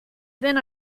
then